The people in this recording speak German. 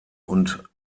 und